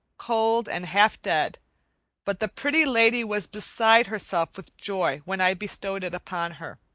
cold and half dead but the pretty lady was beside herself with joy when i bestowed it upon her.